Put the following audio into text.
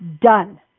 Done